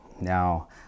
now